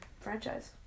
franchise